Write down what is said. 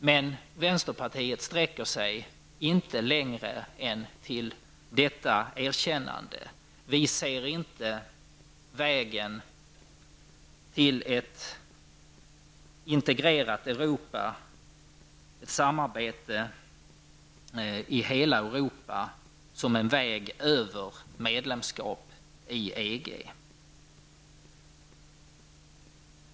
Men vänsterpartiet sträcker sig inte längre än till detta erkännande. Vi ser inte vägen till ett integrerat Europa, ett samarbete i hela Europa som en väg över medlemskap i EG.